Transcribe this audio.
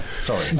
Sorry